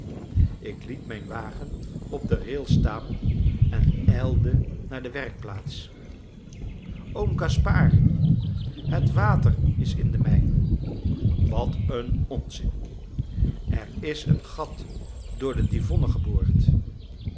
ik liet mijn wagen op de rails staan en ijlde naar de werkplaats oom gaspard het water is in de mijn wat een onzin er is een gat door de divonne geboord